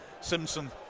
Simpson